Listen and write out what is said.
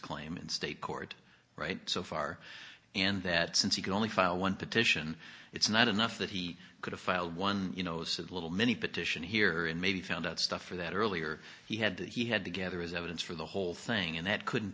claim in state court right so far and that since you can only file one petition it's not enough that he could have filed one you know said little mini petition here and maybe found out stuff for that earlier he had he had together as evidence for the whole thing and that couldn't